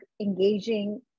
engaging